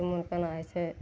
उमे केना होइ छै